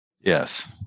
Yes